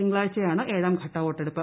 തിങ്കളാഴ്ചയാണ് ഏഴാം ഘട്ട വോട്ടെടുപ്പ്